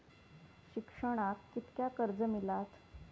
शिक्षणाक कीतक्या कर्ज मिलात?